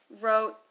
wrote